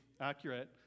accurate